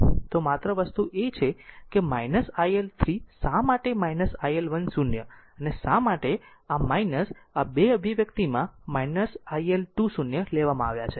તો માત્ર વસ્તુ તે છે કે i L શા માટે iL1 0 અને શા માટે આ 2 અભિવ્યક્તિમાં iL2 0 લેવામાં આવ્યા છે